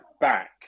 back